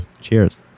Cheers